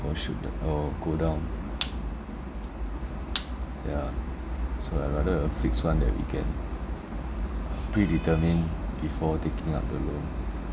or shoot do~ or go down yeah so I rather a fixed one that we can predetermine before taking up the loan